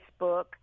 Facebook